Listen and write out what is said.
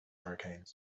hurricanes